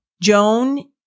Joan